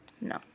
No